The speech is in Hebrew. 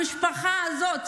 המשפחה הזאת